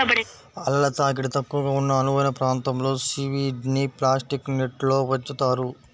అలల తాకిడి తక్కువగా ఉన్న అనువైన ప్రాంతంలో సీవీడ్ని ప్లాస్టిక్ నెట్స్లో పెంచుతున్నారు